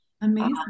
Amazing